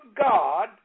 God